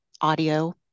audio